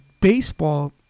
baseball